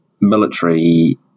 military